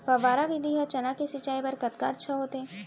फव्वारा विधि ह चना के सिंचाई बर कतका अच्छा होथे?